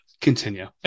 continue